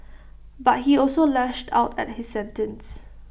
but he also lashed out at his sentence